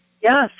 Yes